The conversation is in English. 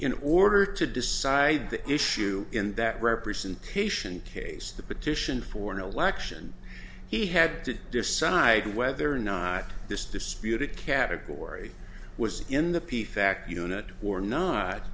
in order to decide the issue in that representation case the petition for an election he had to decide whether or not this disputed category was in the